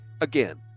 Again